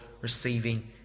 receiving